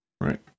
right